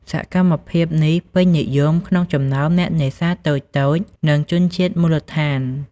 សកម្មភាពនេះពេញនិយមក្នុងចំណោមអ្នកនេសាទតូចៗ និងជនជាតិមូលដ្ឋាន។